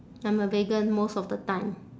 I'm a vegan most of the time